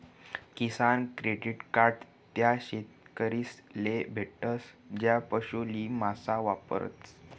किसान credit card त्या शेतकरीस ले भेटस ज्या पशु नी मासा पायतस